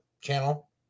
channel